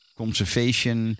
conservation